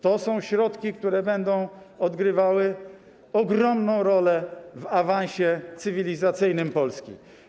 To są środki, które będą odgrywały ogromną rolę w awansie cywilizacyjnym Polski.